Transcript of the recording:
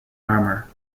armor